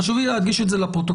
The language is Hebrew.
חשוב לי להדגיש את זה לפרוטוקול,